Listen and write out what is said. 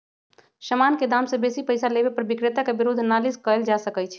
समान के दाम से बेशी पइसा लेबे पर विक्रेता के विरुद्ध नालिश कएल जा सकइ छइ